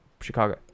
Chicago